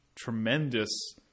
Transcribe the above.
tremendous